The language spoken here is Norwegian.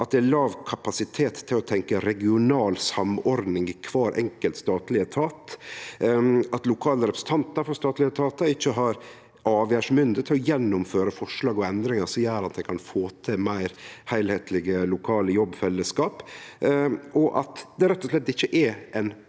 – det er låg kapasitet til å tenkje regional samordning i kvar enkelt statleg etat – lokale representantar for statlege etatar ikkje har avgjerdsmynde til å gjennomføre forslag og endringar som gjer at ein kan få til meir heilskaplege lokale jobbfellesskap – det rett og slett ikkje er ein politikk